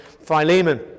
Philemon